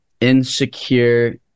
insecure